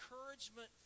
encouragement